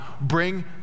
bring